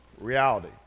reality